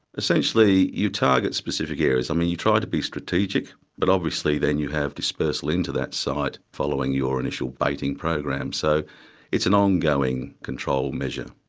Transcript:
essentially, you target specific areas, um you try to be strategic but obviously then you have dispersal into that site following your initial baiting program. so it's an on-going control measure.